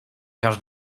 włazić